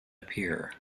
appear